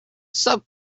sub